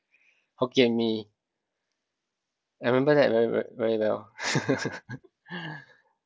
hokkien mee I remember that very very well